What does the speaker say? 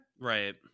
Right